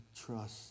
trust